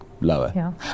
lower